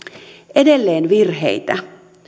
edelleen virheitä